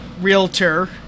realtor